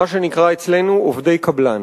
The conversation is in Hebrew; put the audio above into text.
מה שנקרא אצלנו עובדי קבלן.